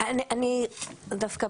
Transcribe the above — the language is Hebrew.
אני דווקא,